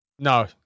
No